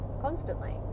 constantly